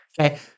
okay